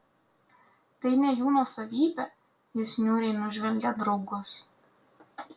tai ne jų nuosavybė jis niūriai nužvelgė draugus